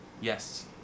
Yes